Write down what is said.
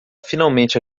finalmente